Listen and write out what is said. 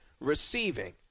receiving